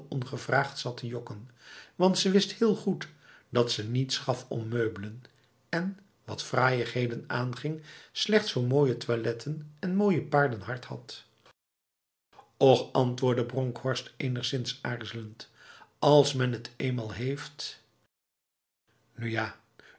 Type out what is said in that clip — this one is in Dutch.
ongevraagd zat te jokken want ze wist heel goed dat ze niets gaf om meubelen en wat fraaiigheden aanging slechts voor mooie toiletten en mooie paarden hart had och antwoordde bronkhorst enigszins aarzelend als men het eenmaal heeft nu ja